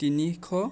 তিনিশ